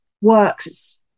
works